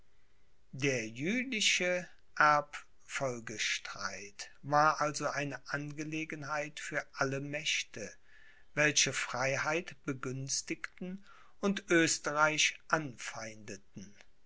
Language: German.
der jülichische erbfolgestreit war also eine angelegenheit für alle mächte welche freiheit begünstigten und oesterreich anfeindeten